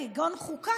כגון חוקה,